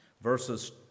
Verses